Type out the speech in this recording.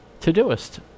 Todoist